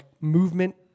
movement